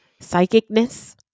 psychicness